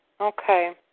okay